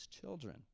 children